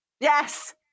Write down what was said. Yes